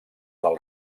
del